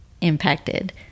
impacted